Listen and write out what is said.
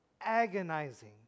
agonizing